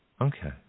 Okay